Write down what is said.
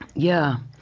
yeah.